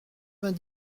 vingt